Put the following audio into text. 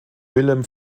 wilhelm